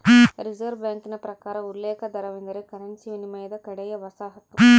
reserve ಬ್ಯಾಂಕಿನ ಪ್ರಕಾರ ಉಲ್ಲೇಖ ದರವೆಂದರೆ ಕರೆನ್ಸಿ ವಿನಿಮಯದ ಕಡೆಯ ವಸಾಹತು